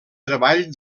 treball